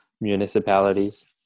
municipalities